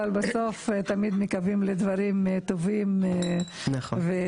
אבל בסוף תמיד מקווים לדברים טובים ומשמחים.